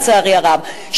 לצערי הרב,